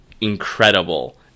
incredible